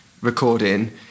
recording